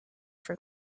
for